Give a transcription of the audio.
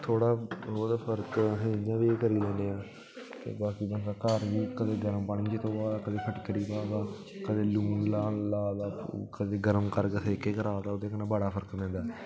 थोह्ड़ा बहोत फरक अस इ'यां बी करी लैने आं ते बाकी बंदा घर बी कदें गर्म पानी च धोआ दा कदें फटकड़ी पा दा कदें लून ला दा कदें गर्म कर के सेके करा दा ओहदे् कन्नै बड़ा फरक पौंदा ऐ